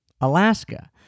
Alaska